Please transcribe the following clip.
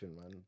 man